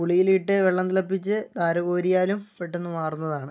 പുളിയില ഇട്ട് വെള്ളം തിളപ്പിച്ച് ധാര കോരിയാലും പെട്ടെന്ന് മാറുന്നതാണ്